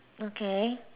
okay